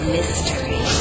Mystery